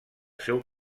seu